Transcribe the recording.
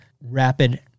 rapid